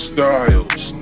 Styles